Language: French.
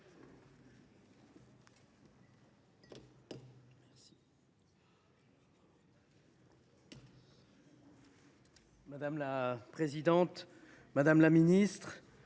Madame la présidente, madame la ministre,